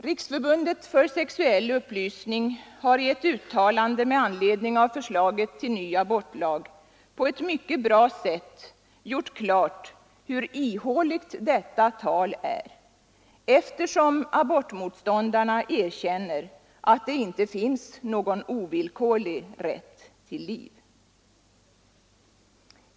Riksförbundet för sexuell upplysning har i ett uttalande med anledning av förslaget till ny abortlag på ett mycket bra sätt gjort klart hur ihåligt detta tal är, eftersom abortmotståndarna erkänner att det inte finns någon ovillkorlig rätt till liv.